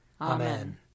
Amen